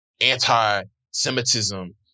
anti-Semitism